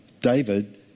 David